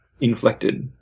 inflected